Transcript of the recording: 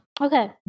Okay